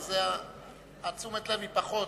אז תשומת הלב היא פחות.